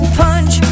punch